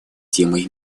темой